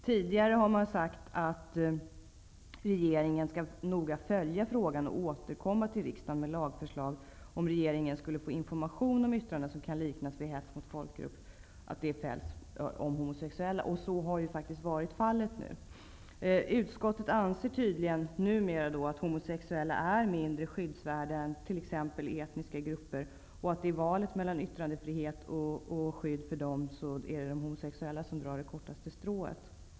Tidigare har man sagt att regeringen noga skall följa frågan och återkomma till riksdagen med lagförslag, om regeringen skulle få information om att sådana yttranden fällts om homosexuella som kan liknas vid hets mot folkgrupp. Så har faktiskt varit fallet. Utskottet anser tydligen numera att homosexuella är mindre skyddsvärda än t.ex. etniska grupper och att det i valet mellan yttrandefrihet och skydd för dessa är de homosexuella som drar det kortaste strået.